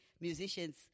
musicians